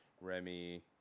Remy